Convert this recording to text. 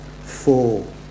four